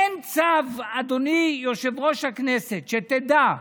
אין צו, אדוני יושב-ראש הכנסת, שתדע,